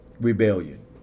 rebellion